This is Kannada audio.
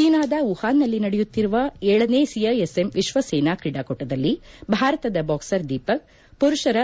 ಚೀನಾದ ವುಹಾನ್ನಲ್ಲಿ ನಡೆಯುತ್ತಿರುವ ಏಳನೇ ಸಿಐಎಸ್ಎಂ ವಿಶ್ವ ಸೇನಾ ಕ್ರೀಡಾಕೂಟದಲ್ಲಿ ಭಾರತದ ಬಾಕ್ಸರ್ ದೀಪಕ್ ಮರುಷರ